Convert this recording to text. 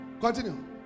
Continue